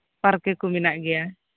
ᱯᱟᱨᱠᱮ ᱠᱚ ᱢᱮᱱᱟᱜ ᱜᱮᱭᱟ